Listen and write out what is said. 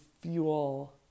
fuel